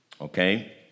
okay